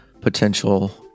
potential